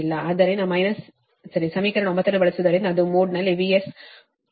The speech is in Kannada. ಆದ್ದರಿಂದ 9 ಸಮೀಕರಣವನ್ನು ಬಳಸುವುದರಿಂದ ಅದು ಮೋಡ್ನಲ್ಲಿ VS ಅಪ್ ಮೋಡ್ ಆಗಿರುತ್ತದೆ